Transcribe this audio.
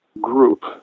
group